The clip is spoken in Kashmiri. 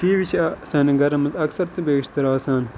ٹی وی چھِ سانٮ۪ن گَرَن منٛز اکثر تہٕ بیشتر آسان